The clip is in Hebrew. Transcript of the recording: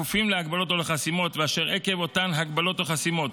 הכפופים להגבלות או לחסימות ואשר עקב אותן הגבלות או חסימות